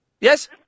Yes